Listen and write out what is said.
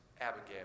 Abigail